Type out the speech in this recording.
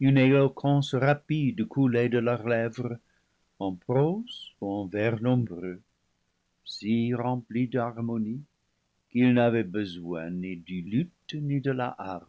une éloquence rapide coulait de leurs lèvres en prose ou en vers nombreux si remplis d'harmonie qu'ils n'avaient besoin ni du luth ni de la harpe